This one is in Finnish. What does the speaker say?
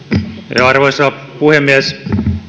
arvoisa puhemies